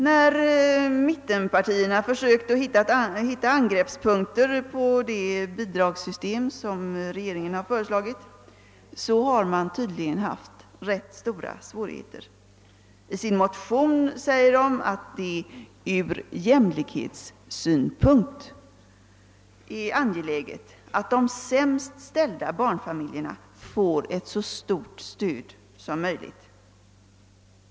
När mittenpartierna försökte finna angreppspunkter på det bidragssystem, som regeringen föreslagit, har man tydligen haft rätt stora svårigheter. I sina motioner, I: 802 och II: 1040, anför mittenpartierna att det ur jämlikhetssynpunkt är angeläget att de sämst ställda barnfamiljerna får ett så stort stöd som möjligt.